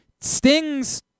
Sting's